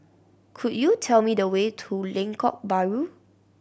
could you tell me the way to Lengkok Bahru